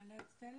להעלות את סטלה?